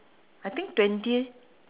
I think twenty